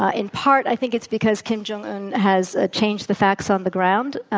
ah in part, i think it's because kim jong un has ah changed the facts on the ground,